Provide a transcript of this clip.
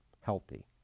healthy